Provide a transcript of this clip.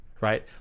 right